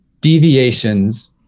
deviations